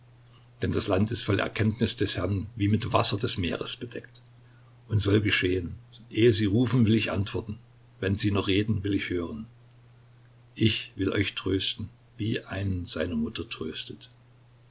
denn das land ist voll erkenntnis des herrn wie mit wasser des meeres bedeckt und soll geschehen ehe sie rufen will ich antworten wenn sie noch reden will ich hören ich will euch trösten wie einen seine mutter tröstet